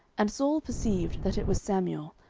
and saul perceived that it was samuel,